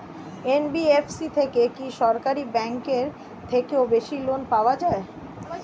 NBFC থেকে কি সরকারি ব্যাংক এর থেকেও বেশি লোন পাওয়া যায়?